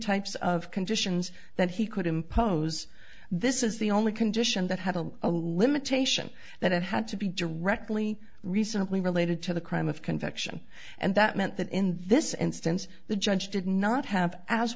types of conditions that he could impose this is the only condition that had a limitation that had to be directly recently related to the crime of conviction and that meant that in this instance the judge did not have as